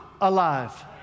alive